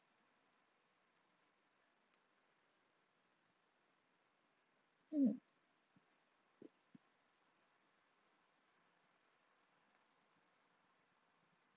mm